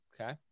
okay